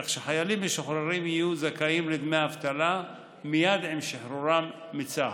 כך שחיילים משוחררים יהיו זכאים לדמי אבטלה מייד עם שחרורם מצה"ל.